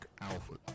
Alpha